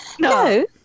No